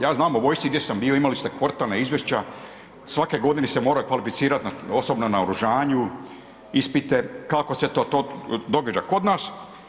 Ja znam u vojsci gdje sam bio, imal iste kvartalna izvješća, svake godine se morate kvalificirati osobno na naoružanju, ispite, kako se to događa kod nas.